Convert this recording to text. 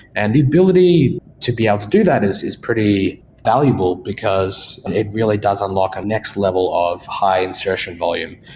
and the ability to be able to do that is is pretty valuable, because it really does unlock a um next level of high-insertion volume.